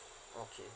okay